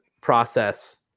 process